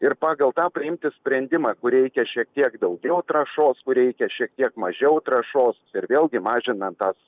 ir pagal tą priimti sprendimą kur reikia šiek tiek daugiau trąšos kur reikia šiek tiek mažiau trąšos ir vėlgi mažinan tas